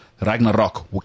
Ragnarok